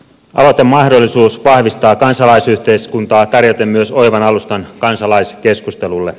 aloitemahdollisuus vahvistaa kansalaisyhteiskuntaa tarjoten myös oivan alustan kansalaiskeskustelulle